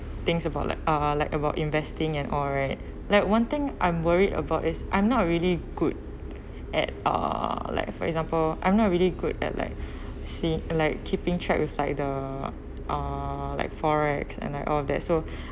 things about like uh like about investing and all right like one thing I'm worried about is I'm not really good at uh like for example I'm not really good at like see like keeping track with like the uh like forex and then all of that so